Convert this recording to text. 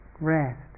rest